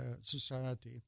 Society